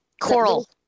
coral